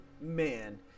man